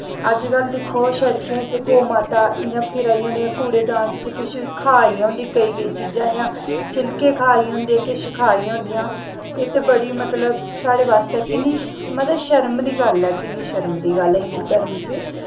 अज्ज कल दिक्खो शड़कें च गौऽ माता इ'यां फिरा दी होंदी कुड़ेदान कुछ खाऽ दि'यां होंदियां केईं केईं चीजां इ'यां छिलके खाऽ दियां होंदियां किश खाऽ दियां होंदियां एह् ते बड़ी मतलब साढ़े बास्तै कि'न्नी मतलब कि'न्नी शर्म दी गल्ल ऐ कि'न्नी शर्म दी गल्ल ऐ हिन्दू धर्म च